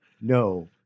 no